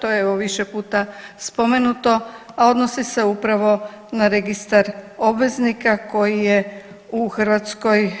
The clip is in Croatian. To je evo više puta spomenuto, a odnosi se upravo na registar obveznika koji je u Hrvatskoj